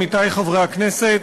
עמיתי חברי הכנסת,